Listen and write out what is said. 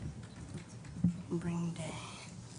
ברוכה הבאה.